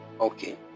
Okay